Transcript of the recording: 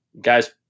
Guys